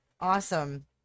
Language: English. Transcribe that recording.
Awesome